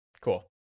Cool